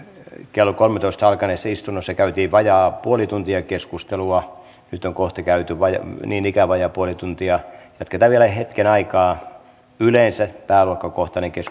kello kolmessatoista alkaneessa istunnossa käytiin vajaa puoli tuntia keskustelua nyt on kohta käyty niin ikään vajaa puoli tuntia jatketaan vielä hetken aikaa yleensä pääluokkakohtainen